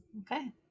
Okay